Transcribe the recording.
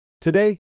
Today